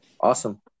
Awesome